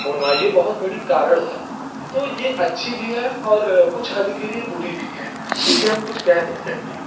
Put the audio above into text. होना ये बहुत बड़ी तो ये अच्छी भी है और कुछ हद्द के लिए बुरी भी है इसे हम कुछ कह नहीं सकते